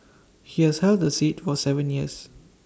he has held the seat for Seven years